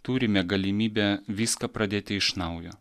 turime galimybę viską pradėti iš naujo